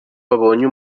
babonye